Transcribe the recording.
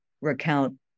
recount